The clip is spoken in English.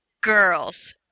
girls